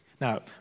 Now